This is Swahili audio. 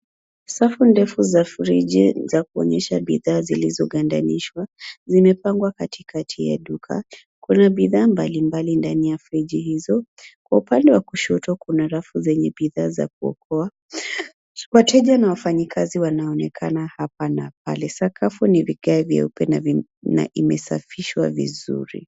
Safu ndefu za friji za kuonyesha bidhaa zilizogandanishwa zimepangwa katikati ya duka . Kuna bidhaa mbalimbali ndani ya friji hizo. Kwa upande wa kushoto kuna rafu zenye bidhaa za kuokwa . Wateja na wafanyikazi wanaonekana hapa na pale. Sakafu ni vigae vyeupe na imesafishwa vizuri.